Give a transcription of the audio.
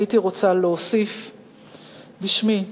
הייתי רוצה להוסיף בשמי: